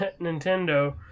Nintendo